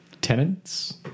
tenants